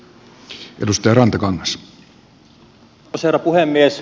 arvoisa herra puhemies